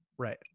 Right